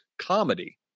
comedy